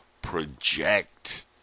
project